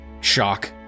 shock